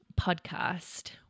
podcast